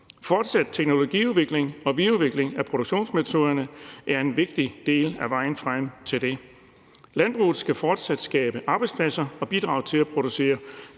Fortsat teknologiudvikling og videreudvikling af produktionsmetoderne er en vigtig del af vejen frem til det. Landbruget skal fortsat skabe arbejdspladser og bidrage til at producere